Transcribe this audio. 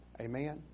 Amen